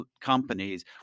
companies